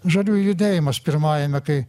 žaliųjų judėjimas pirmajame kai